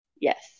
Yes